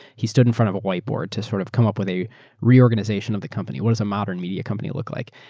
he stood in front of a whiteboard to sort of come up with a reorganization of the company, what does a modern media company look like.